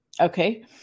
Okay